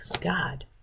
God